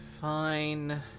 Fine